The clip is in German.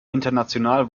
international